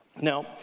Now